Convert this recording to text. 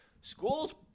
School's